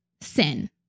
sin